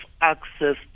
access